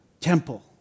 temple